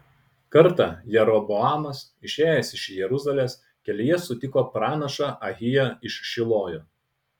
kartą jeroboamas išėjęs iš jeruzalės kelyje sutiko pranašą ahiją iš šilojo